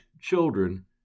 children